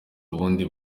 ubundi